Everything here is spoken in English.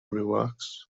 relax